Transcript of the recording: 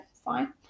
fine